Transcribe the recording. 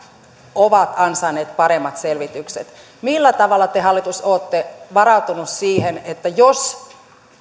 ovat ansainneet paremmat selvitykset millä tavalla te hallitus olette varautuneet siihen jos